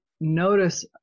notice